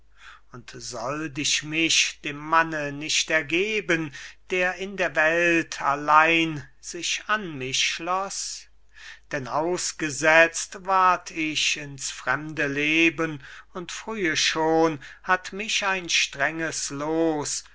und sollt ich mich dem manne nicht ergeben der in der welt allein sich an mich schloß denn ausgesetzt ward ich ins fremde leben und frühe schon hat ich ein strenges loos